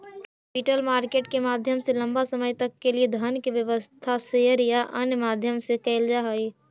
capital market के माध्यम से लंबा समय तक के लिए धन के व्यवस्था शेयर या अन्य माध्यम से कैल जा हई